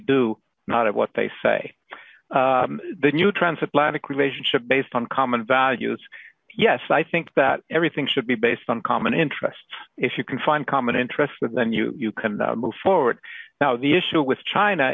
do not at what they say the new transatlantic relationship based on common values yes i think that everything should be based on common interests if you can find common interests and then you can move forward now the issue with china